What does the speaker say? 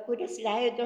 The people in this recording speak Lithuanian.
kuris leido